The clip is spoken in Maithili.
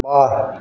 वाह